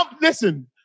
Listen